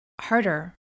harder